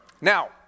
Now